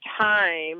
time